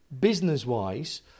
Business-wise